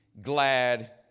glad